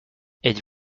êtes